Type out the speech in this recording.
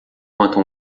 quanto